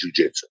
jujitsu